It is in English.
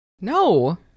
No